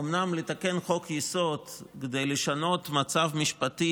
אומנם לתקן חוק-יסוד כדי לשנות מצב משפטי